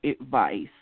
advice